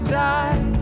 die